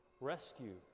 rescue